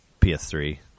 PS3